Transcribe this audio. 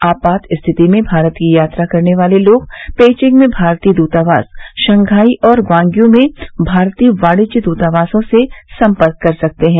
आपात स्थिति में भारत की यात्रा करने वाले लोग पेइचिंग में भारतीय दूतावास शंघाई और ग्वांग्यू में भारतीय वाणिज्य दूतावासों से सम्पर्क कर सकते हैं